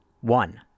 one